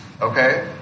okay